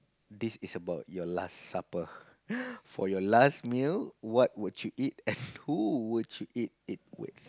this is about your last supper for your last meal what would you eat and who would you eat with